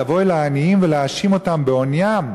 לבוא אל העניים ולהאשים אותם בעוניים.